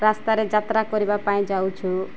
ରାସ୍ତାରେ ଯାତ୍ରା କରିବା ପାଇଁ ଯାଉଛୁ